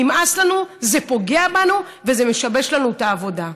נמאס לנו, זה פוגע בנו וזה משבש לנו את העבודה.